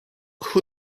who